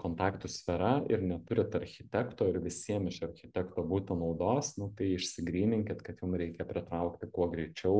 kontaktų sfera ir neturit architekto ir visiem iš architekto būtų naudos nu tai išsigryninkit kad jum reikia pritraukti kuo greičiau